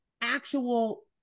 actual